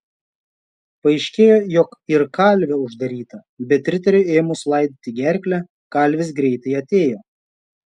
paaiškėjo jog ir kalvė uždaryta bet riteriui ėmus laidyti gerklę kalvis greitai atėjo